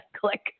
click